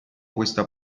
questa